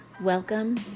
welcome